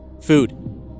Food